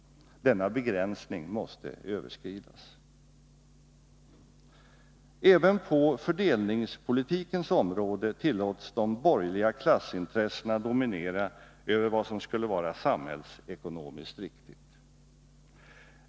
Denna begränsning måste överskridas. Även på fördelningspolitikens område tillåts de borgerliga klassintressena dominera över vad som skulle vara samhällsekonomiskt riktigt.